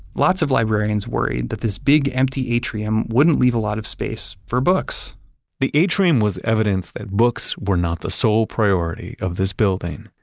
lots of librarians worried that this big empty atrium wouldn't leave a lot of space for books the atrium was evidence that books were not the sole priority of this building,